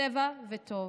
צבע וטוב.